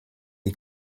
die